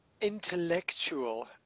intellectual